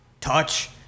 touch